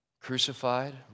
crucified